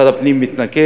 משרד הפנים מתנגד.